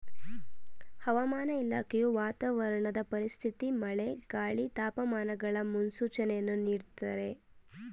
ಹವಾಮಾನ ಇಲಾಖೆಯು ವಾತಾವರಣದ ಪರಿಸ್ಥಿತಿ ಮಳೆ, ಗಾಳಿ, ತಾಪಮಾನಗಳ ಮುನ್ಸೂಚನೆಯನ್ನು ನೀಡ್ದತರೆ